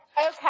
okay